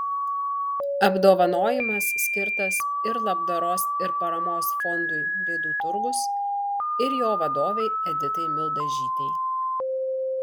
apdovanojimas skirtas ir labdaros ir paramos fondui bėdų turgus ir jo vadovei editai mildažytei